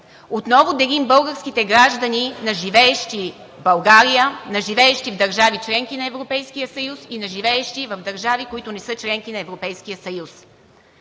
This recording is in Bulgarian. Отново делим българските граждани на живеещи в България, на живеещи в държави – членки на Европейския съюз, и на живеещи в държави, които не са членки на Европейския съюз.